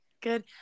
Good